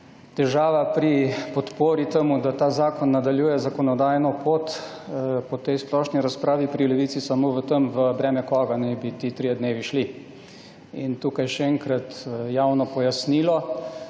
težava pri podpori temu, da ta zakon nadaljuje zakonodajno pot, po tej splošni razpravi, pri Levici samo v tem v breme koga naj bi ti trije dnevi šli. In tukaj še enkrat javno pojasnilo.